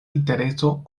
intereso